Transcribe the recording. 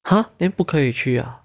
!huh! then 不可以啊